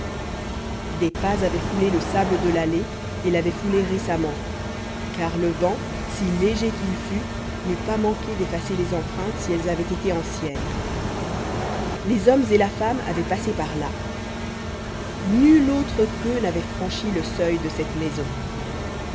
des pas avaient foulé le sable de l'allée et l'avaient foulé récemment car le vent si léger qu'il fût n'eût pas manqué d'effacer les empreintes si elles avaient été anciennes les hommes et la femme avaient passé là nul autre qu'eux n'avait franchi le seuil de cette maison